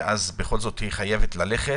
היא בכל זאת חייבת ללכת?